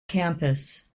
campus